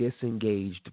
disengaged